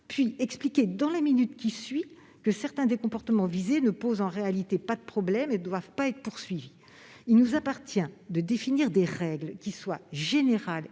puis expliquer dans la minute suivante que certains des comportements visés ne posent en réalité pas de problème et ne doivent pas être poursuivis. Il nous appartient de définir des règles qui soient générales